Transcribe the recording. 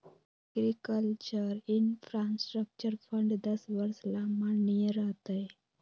agriculture infrastructure fund दस वर्ष ला माननीय रह तय